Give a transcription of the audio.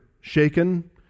shaken